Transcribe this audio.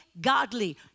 godly